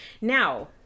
Now